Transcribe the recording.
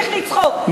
תמשיך לצחוק,